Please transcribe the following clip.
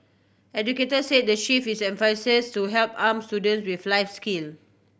educators say the shift is emphasis to help arm students with life skill